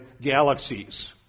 galaxies